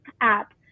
app